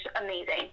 amazing